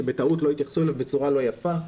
שבטעות לא יתייחסו אליו בצורה לא יפה.